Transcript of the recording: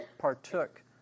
partook